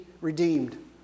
redeemed